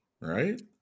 Right